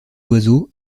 oiseaux